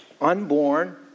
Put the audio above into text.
unborn